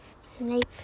Snape